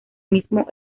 mismo